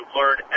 learn